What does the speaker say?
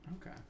okay